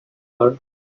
her